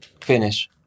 finish